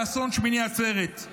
באסון שמיני עצרת,